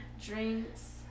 drinks